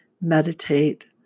meditate